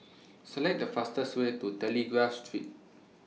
Select The fastest Way to Telegraph Street